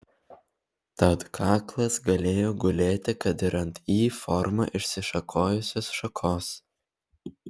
tad kaklas galėjo gulėti kad ir ant y forma išsišakojusios šakos